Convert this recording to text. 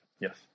Yes